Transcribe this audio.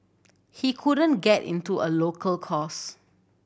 he couldn't get into a local course